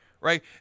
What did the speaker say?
right